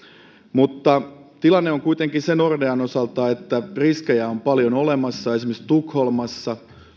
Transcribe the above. tilanne on kuitenkin se nordean osalta että riskejä on olemassa paljon esimerkiksi tukholmassa